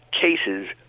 cases